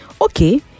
Okay